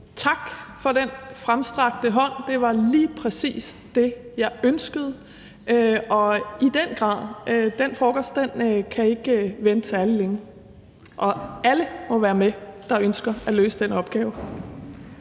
Tak for den fremstrakte hånd. Det var lige præcis det, jeg ønskede. Og den frokost kan ikke vente særlig længe, og alle, der ønsker at løse den opgave,